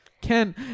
Ken